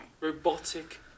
Robotic